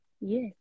Yes